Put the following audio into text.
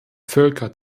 völker